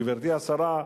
גברתי השרה,